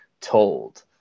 told